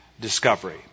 discovery